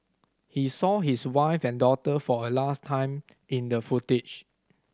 he saw his wife and daughter for a last time in the footage